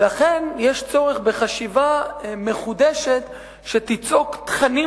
ולכן יש צורך בחשיבה מחודשת שתיצוק תכנים